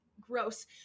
gross